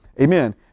Amen